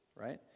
right